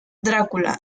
drácula